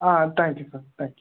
ah thank you sir thank you